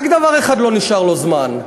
רק לדבר אחד לא נשאר לו זמן,